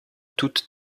toute